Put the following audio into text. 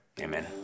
Amen